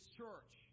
church